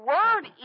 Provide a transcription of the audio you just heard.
Word